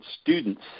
students